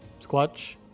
Squatch